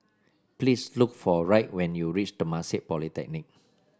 please look for Wright when you reach Temasek Polytechnic